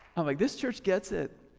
i'm like, this church gets it,